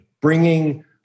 bringing